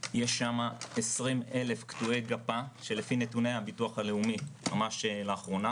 יש שם 20 אלף קטועי גפה שלפי נתוני הביטוח הלאומי ממש לאחרונה